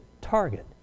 target